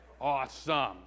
Awesome